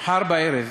מחר בערב